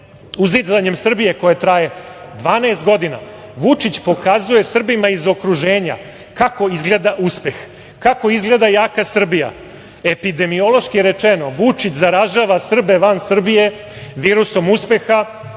Uzdizanjem Srbije koja traje 12 godina, Vučić pokazuje Srbima iz okruženja kako izgleda uspeh? Kako izgleda jaka Srbija? Epidemiološko rečeno, Vučić zaražava Srbe van Srbije virusom uspeha,